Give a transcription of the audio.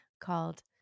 called